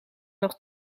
nog